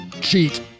Cheat